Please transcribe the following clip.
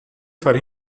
for